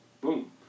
Boom